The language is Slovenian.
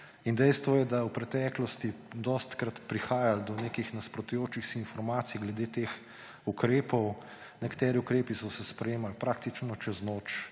Dejstvo je, da je v preteklosti dostikrat prihajalo do nekih nasprotujočih si informacij glede teh ukrepov. Nekateri ukrepi so se sprejemali praktično čez noč,